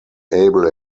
able